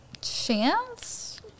chance